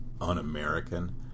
un-american